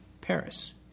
Paris